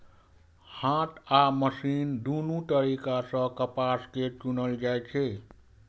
हाथ आ मशीन दुनू तरीका सं कपास कें चुनल जाइ छै